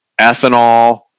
ethanol